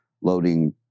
loading